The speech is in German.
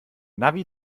navi